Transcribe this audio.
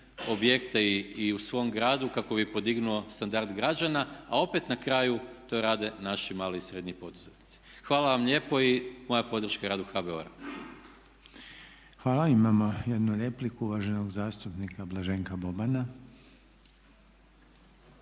objekte i u svom gradu kako bi podignuo standard građana a opet na kraju to rade naši mali i srednji poduzetnici. Hvala vam lijepo i moja podrška radu HBOR-a. **Reiner, Željko (HDZ)** Hvala. Imamo jednu repliku uvaženog zastupnika Blaženka Bobana.